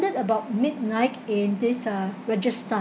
about midnight in this uh rajasthan